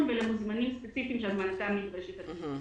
ולמוזמנים ספציפיים שהמועצה נדרשת אליהם.